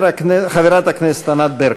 חברת הכנסת ענת ברקו.